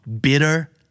bitter